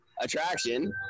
attraction